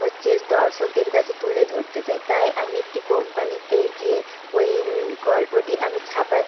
হচ্ছে দর্শকদের কাছে তুলে ধরতে চাই তাই আমি একটি কোম্পানিতে গিয়ে ওই গল্পটি আমি ছাপা